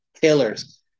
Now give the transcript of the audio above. killers